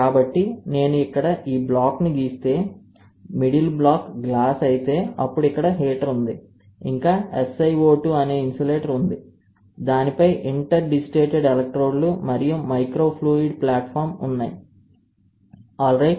కాబట్టి నేను ఇక్కడ ఈ బ్లాక్ను గీస్తే మిడిల్ బ్లాక్ గ్లాస్ అయితే అప్పుడు ఇక్కడ హీటర్ ఉంది ఇంకా SiO2 అనే ఇన్సులేటర్ ఉంది దానిపై ఇంటర్డిజిటేటెడ్ ఎలక్ట్రోడ్లు మరియు మైక్రోఫ్లూయిడ్ ప్లాట్ఫాం ఉన్నాయి ఆల్రైట్